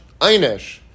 einish